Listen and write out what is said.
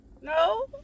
No